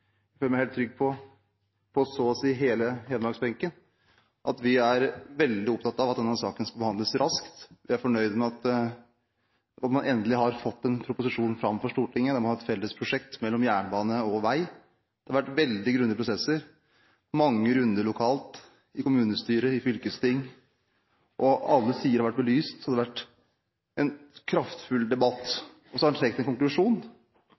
å si hele hedmarksbenken er veldig opptatt av at denne saken skal behandles raskt. Vi er fornøyd med at man endelig har fått en proposisjon fram for Stortinget, der man har et fellesprosjekt mellom jernbane og vei. Det har vært veldig grundige prosesser, mange runder lokalt i kommunestyrer, i fylkesting, og alle sider har vært belyst. Det har vært en kraftfull debatt, og så har man trukket en konklusjon.